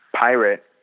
pirate